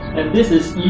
this is